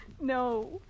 No